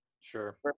Sure